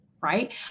right